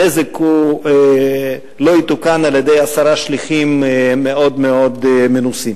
הנזק לא יתוקן על-ידי עשרה שליחים מאוד מאוד מנוסים.